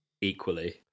equally